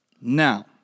Now